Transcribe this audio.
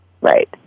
Right